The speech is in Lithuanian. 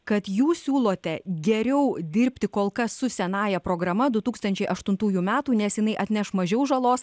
kad jūs siūlote geriau dirbti kol kas su senąja programa du tūkstančiai aštuntųjų metų nes jinai atneš mažiau žalos